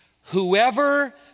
Whoever